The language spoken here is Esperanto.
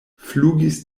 flugis